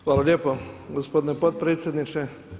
Hvala lijepo gospodine potpredsjedniče.